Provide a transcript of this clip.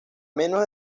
menos